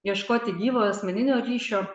ieškoti gyvo asmeninio ryšio